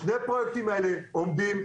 שני הפרויקטים האלה עומדים.